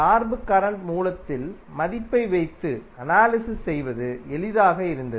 சார்பு கரண்ட் மூலத்தில் மதிப்பை வைத்து அனாலிசிஸ் செய்வது எளிதாக இருந்தது